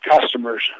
customers